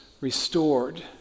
restored